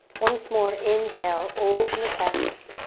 once more, inhale, open the chest,